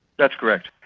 that's correct.